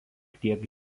tiek